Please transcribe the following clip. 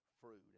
fruit